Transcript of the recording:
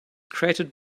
created